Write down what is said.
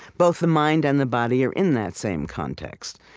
both the mind and the body are in that same context.